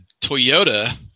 Toyota